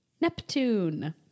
Neptune